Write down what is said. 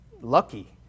Lucky